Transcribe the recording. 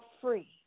free